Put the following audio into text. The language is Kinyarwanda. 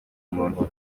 umuntu